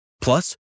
Plus